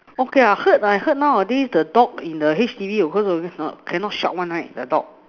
okay I heard I heard nowadays the dog in the H_D_B always of course cannot shout one right the dog